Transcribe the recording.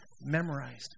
memorized